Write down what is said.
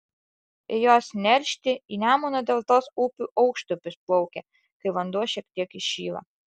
jos neršti į nemuno deltos upių aukštupius plaukia kai vanduo šiek tiek įšyla